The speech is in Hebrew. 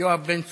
יואב בן צור,